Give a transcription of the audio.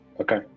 Okay